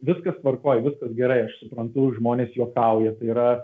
viskas tvarkoj viskas gerai aš suprantu žmonės juokauja tai yra